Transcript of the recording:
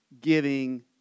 giving